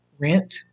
rent